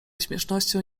śmiesznością